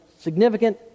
significant